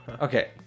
Okay